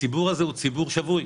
הציבור הזה הוא ציבור שבוי,